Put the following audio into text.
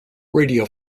radio